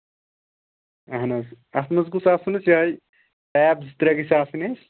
اَہن حظ اَتھ منٛز گوٚژھ آسُن اَسہِ یِہوٚے ٹیپ زٕ ترٛےٚ گٔژھۍ آسٕنۍ اَسہِ